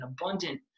abundant